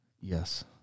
Yes